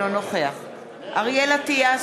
נגד אריאל אטיאס,